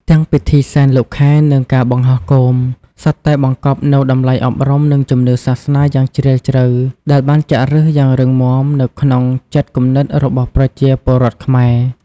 ទាំងពិធីសែនលោកខែ និងការបង្ហោះគោម សុទ្ធតែបង្កប់នូវតម្លៃអប់រំ និងជំនឿសាសនាយ៉ាងជ្រាលជ្រៅ ដែលបានចាក់ឫសយ៉ាងរឹងមាំនៅក្នុងចិត្តគំនិតរបស់ប្រជាពលរដ្ឋខ្មែរ។